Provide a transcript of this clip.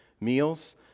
meals